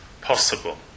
possible